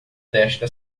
desta